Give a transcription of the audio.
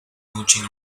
mooching